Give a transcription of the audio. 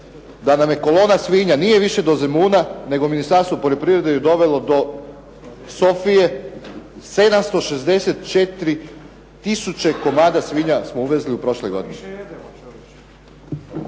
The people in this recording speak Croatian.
da nam je kolona svinja, nije više do Zemuna, nego Ministarstvo poljoprivrede ju dovelo do Sofije, 764 tisuće komada svinja smo uvezli u prošloj godini.